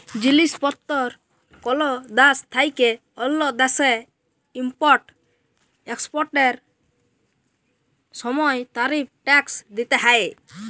জিলিস পত্তর কল দ্যাশ থ্যাইকে অল্য দ্যাশে ইম্পর্ট এক্সপর্টের সময় তারিফ ট্যাক্স দ্যিতে হ্যয়